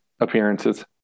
appearances